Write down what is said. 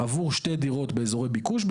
עבור שתי דירות באזורי ביקוש,